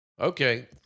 Okay